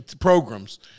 programs